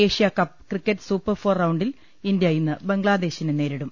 Asia cup cricket super four റൌണ്ടിൽ India ഇന്ന് ബംഗ്ലാദേശിനെ നേരിടും